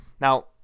Now